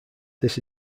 this